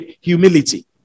humility